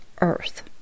earth